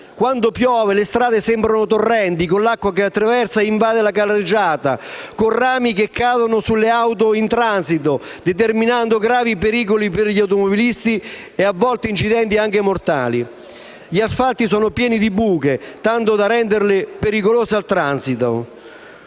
Quando piove, le strade sembrano torrenti, con l'acqua che attraversa e invade la carreggiata, con rami che cadono sulle auto in transito, determinando gravi pericoli per gli automobilisti e a volte incidenti anche mortali. Gli asfalti sono pieni di buche, tanto da renderli pericolosi al transito.